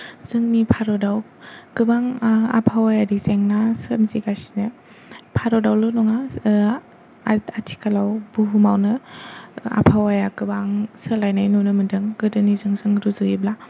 जोंनि भारताव गोबां आबहावायारि जेंना सोमजिगासिनो भारतआवल' नङा आर आथिखालाव बुहुमावनो आबहावाया गोबां सोलायनाय नुनो मोनदों गोदोनिजों जों रुजुयोब्ला